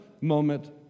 moment